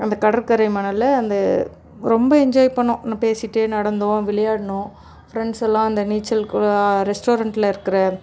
அந்த கடற்கரை மணலில் அந்த ரொம்ப என்ஜாய் பண்ணிணோம் பேசிகிட்டு நடந்தோம் விளையாடினோம் ஃப்ரெண்ட்ஸலாம் அந்த நீச்சல் குளம் ரெஸ்ட்டாரெண்ட்டில் இருக்கிற